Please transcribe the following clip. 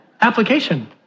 application